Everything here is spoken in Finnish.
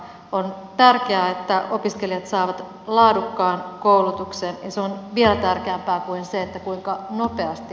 on tärkeää että opiskelijat saavat laadukkaan koulutuksen ja se on vielä tärkeämpää kuin se kuinka nopeasti